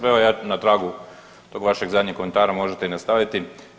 Pa evo ja na tragu tog vašeg zadnjeg komentara možete i nastaviti.